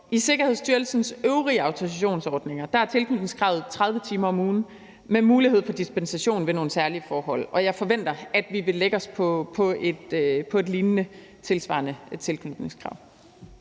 I Sikkerhedsstyrelsens øvrige autorisationsordninger er tilknytningskravet 30 timer om ugen med mulighed for dispensation ved nogle særlige forhold, og jeg forventer, at vi her vil indføre et tilsvarende tilknytningskrav.